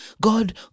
god